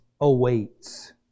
awaits